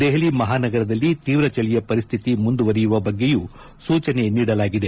ದೆಹಲಿ ಮಹಾನಗರದಲ್ಲಿ ತೀವ್ರ ಚಳಿಯ ಪರಿಸ್ಟಿತಿ ಮುಂದುವರೆಯುವ ಬಗ್ಗೆಯೂ ಸೂಚನೆ ನೀಡಲಾಗಿದೆ